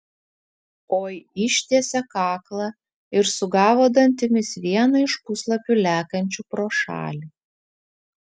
oi ištiesė kaklą ir sugavo dantimis vieną iš puslapių lekiančių pro šalį